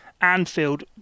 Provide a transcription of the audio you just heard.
Anfield